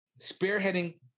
spearheading